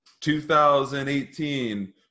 2018